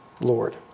Lord